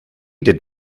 did